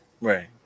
Right